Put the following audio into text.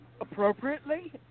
Appropriately